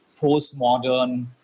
postmodern